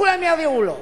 וכולם יריעו לו.